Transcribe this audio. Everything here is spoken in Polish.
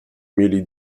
mieli